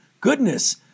Goodness